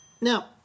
Now